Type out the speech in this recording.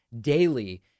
daily